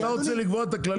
אתה רוצה לקבוע את הכללים?